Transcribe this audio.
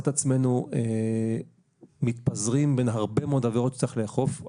את עצמנו מתפזרים בין הרבה מאוד עבירות שצריך לאכוף.